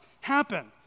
happen